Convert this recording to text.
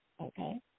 okay